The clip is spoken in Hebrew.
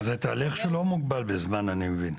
זה תהליך שלא מוגבל בזמן אני מבין?